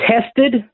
tested